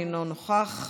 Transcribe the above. אינו נוכח,